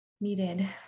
needed